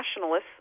nationalists